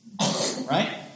Right